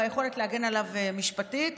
ביכולת להגן עליו משפטית,